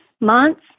months